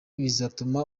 bizatuma